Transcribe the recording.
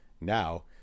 Now